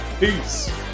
Peace